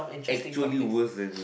actually worse than me